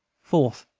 fourth.